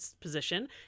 position